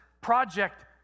project